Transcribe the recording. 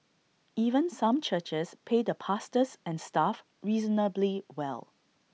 even some churches pay the pastors and staff reasonably well